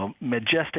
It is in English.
majestic